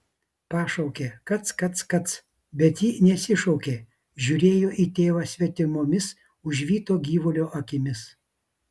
pašaukė kac kac kac bet ji neatsišaukė žiūrėjo į tėvą svetimomis užvyto gyvulio akimis